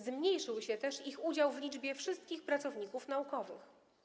Zmniejszył się też ich udział w liczbie wszystkich pracowników naukowych.